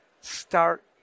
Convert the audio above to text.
Start